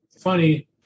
Funny